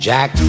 Jack